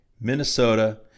Minnesota